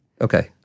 Okay